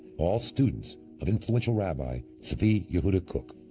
all students of influential rabbi, tzvi yehudah kook.